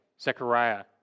Zechariah